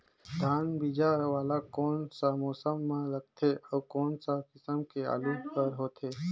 धान बीजा वाला कोन सा मौसम म लगथे अउ कोन सा किसम के आलू हर होथे?